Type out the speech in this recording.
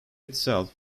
itself